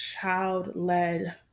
child-led